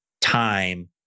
time